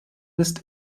ist